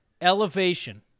elevation